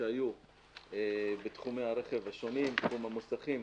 שהיו בתחומי הרכב השונים תחום המוסכים,